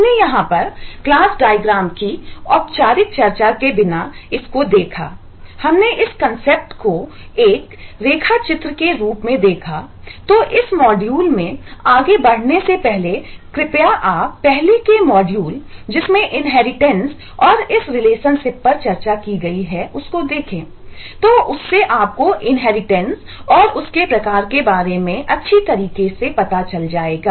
हमने यहां पर क्लास डायग्रामऔर उसके प्रकार के बारे में अच्छी तरीके से पता चल जाएगा